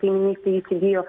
kaiminystėj įsigijo